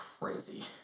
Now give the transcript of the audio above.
crazy